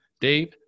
Dave